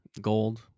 gold